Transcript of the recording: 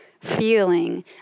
feeling